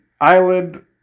island